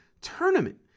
tournament